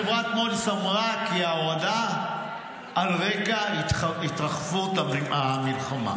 חברת מודי'ס אמרה כי ההורדה על רקע התרחבות המלחמה,